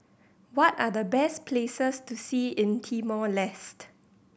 what are the best places to see in Timor Leste